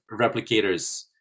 replicators